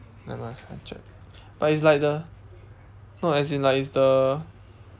never mind I check but it's like the no as in like it's the